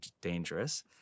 dangerous